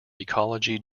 ecology